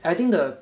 I think the